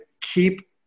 keep